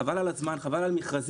חבל על הזמן, חבל על מכרזים.